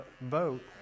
vote